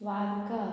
वार्का